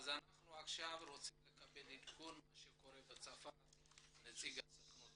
אנחנו רוצים לקבל עדכון על הקורה בצרפת מנציג הסוכנות.